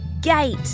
gate